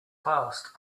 past